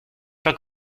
pas